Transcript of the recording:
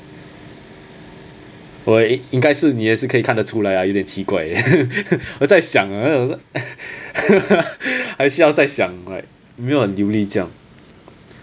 我该是你也是可以看得出来啊有点奇怪我在想啊还是要在想 like 有没有很流利这样